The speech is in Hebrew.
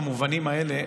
במובנים האלה,